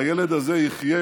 והילד הזה יחיה